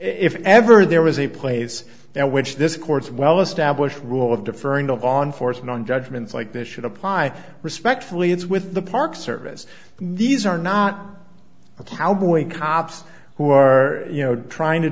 if ever there was a place which this court's well established rule of deferring to on force and on judgments like this should apply respectfully it's with the park service these are not a cowboy cops who are you know trying to